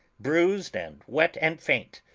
bruised and wet and faint,